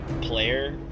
player